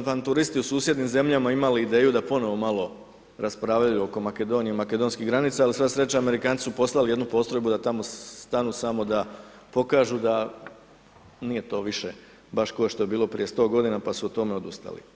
avanturisti u susjednim zemljama imali ideju da ponovno malo raspravljaju oko Makedonije i makedonskih granica ali sva sreća Amerikanci su poslali jednu postrojbu da tamo stanu samo da pokažu da nije to više baš kao što je bilo prije 100 godina pa su o tome odustali.